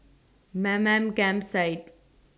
Mamam Campsite